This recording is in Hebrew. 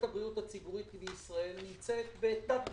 הבריאות הציבורית בישראל נמצאת בתת תקצוב.